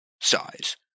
size